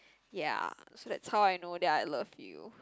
ya so that's how I know that I love you